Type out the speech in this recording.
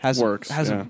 Works